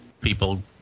people